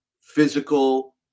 physical